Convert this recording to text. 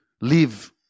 live